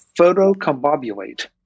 Photocombobulate